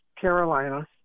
Carolina